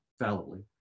fallibly